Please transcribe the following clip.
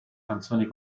canzoni